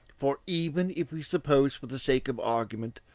for even if we suppose, for the sake of argument,